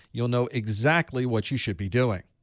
you'll know exactly what you should be doing.